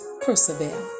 Persevere